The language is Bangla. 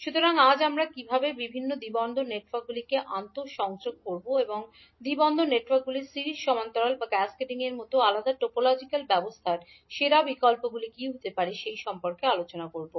সুতরাং আজ আমরা কীভাবে বিভিন্ন দ্বি পোর্ট নেটওয়ার্কগুলিকে আন্তঃসংযোগ করব এবং দ্বি পোর্ট নেটওয়ার্কগুলির সিরিজ সমান্তরাল বা ক্যাসকেডিংয়ের মতো আলাদা টপোলজিকাল অবস্থার সেরা বিকল্পগুলি কী হতে পারে সে সম্পর্কে আলোচনা করব